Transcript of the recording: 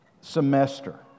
semester